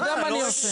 אני יודע מה אני אעשה.